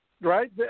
Right